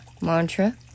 mantra